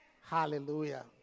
Hallelujah